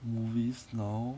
movies now